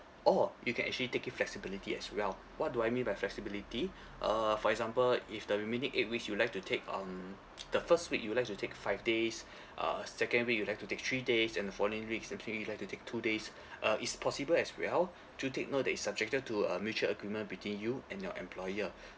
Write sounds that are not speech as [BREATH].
or you can actually take it flexibility as well what do I mean by flexibility uh for example if the remaining eight weeks you'd like to take um the first week you'd like to take five days [BREATH] uh second week you'd like to take three days and the following weeks actually you'd like to take two days [BREATH] uh it's possible as well do take note that it's subjected to a mutual agreement between you and your employer [BREATH]